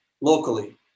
locally